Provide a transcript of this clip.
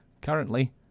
Currently